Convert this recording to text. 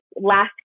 last